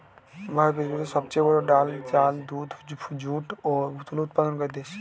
ভারত পৃথিবীতে সবচেয়ে বড়ো ডাল, চাল, দুধ, যুট ও তুলো উৎপাদনকারী দেশ